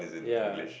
ya